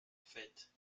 faite